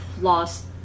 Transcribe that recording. lost